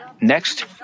Next